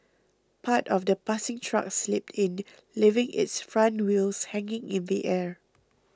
part of the passing truck slipped in leaving its front wheels hanging in the air